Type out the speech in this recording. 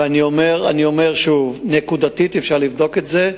ואני אומר שוב: נקודתית אפשר לבדוק את זה,